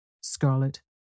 scarlet